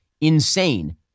insane